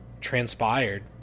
transpired